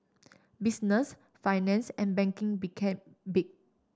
business finance and banking became big